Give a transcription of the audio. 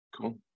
Cool